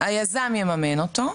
היזם יממן אותו,